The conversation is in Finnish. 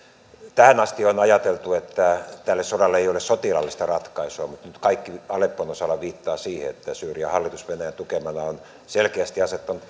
tähän asti on ajateltu että tähän sotaan ei ole sotilaallista ratkaisua mutta mutta nyt kaikki aleppon osalta viittaa siihen että syyrian hallitus venäjän tukemana on selkeästi asettanut